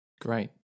Great